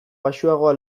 baxuagoa